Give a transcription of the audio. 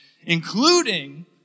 including